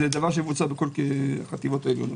זה מבוצע בכל החטיבות העליונות.